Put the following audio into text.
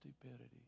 stupidity